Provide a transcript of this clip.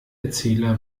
erzähler